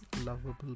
lovable